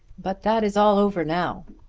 but that is all over now.